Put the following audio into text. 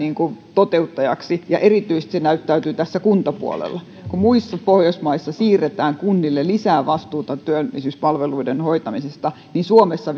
toteuttajaksi ja erityisesti se näyttäytyy tässä kuntapuolella kun muissa pohjoismaissa siirretään kunnille lisää vastuuta työllisyyspalveluiden hoitamisesta niin suomessa